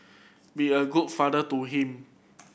be a good father to him